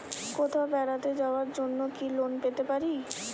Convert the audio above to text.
কোথাও বেড়াতে যাওয়ার জন্য কি লোন পেতে পারি?